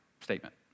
statement